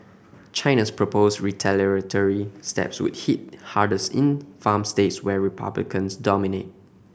China's proposed retaliatory steps would hit hardest in farm states where Republicans dominate